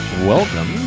Welcome